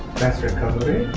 fast recovery